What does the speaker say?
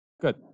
Good